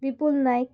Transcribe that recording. Vipul Naik